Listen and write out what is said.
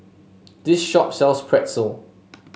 this shop sells Pretzel